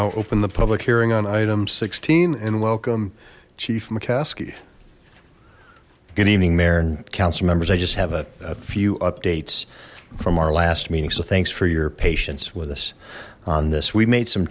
open the public hearing on item sixteen and welcome chief mccaskey good evening mayor and councilmembers i just have a few updates from our last meeting so thanks for your patience with us on this we made some